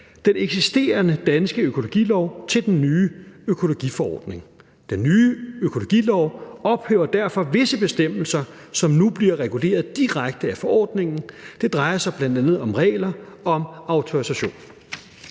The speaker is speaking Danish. den eksisterende danske økologilov til den nye økologiforordning. Den nye økologilov ophæver derfor visse bestemmelser, som nu bliver reguleret direkte af forordningen. Det drejer sig bl.a. om regler om autorisation.